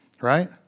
right